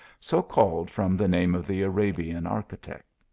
so called from the name of the arabian architect.